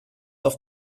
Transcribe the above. auf